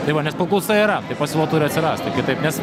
tai va nes paklausa yra tai pasiūla turi atsirasti kitaip nes